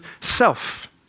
self